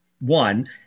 one